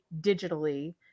digitally